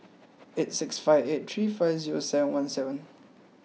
eight six five eight three five zero seven one seven